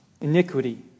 Iniquity